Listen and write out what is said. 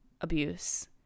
abuse